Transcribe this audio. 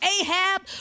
Ahab